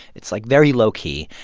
it's, like, very low-key.